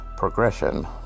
progression